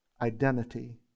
identity